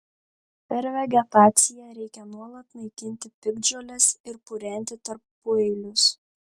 per vegetaciją reikia nuolat naikinti piktžoles ir purenti tarpueilius